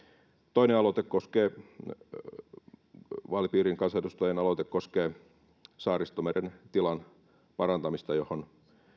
toinen vaalipiirin kansanedustajien aloite koskee saaristomeren tilan parantamista johon